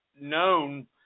known